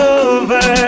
over